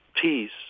peace